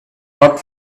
not